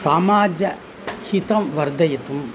सामाज हितं वर्धयितुं